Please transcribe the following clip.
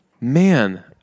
Man